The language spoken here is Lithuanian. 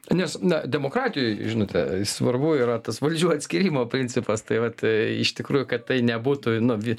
nes na demokratijoj žinote svarbu yra tas valdžių atskyrimo principas tai vat tai iš tikrųjų kad tai nebūtų nu vi